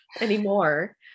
anymore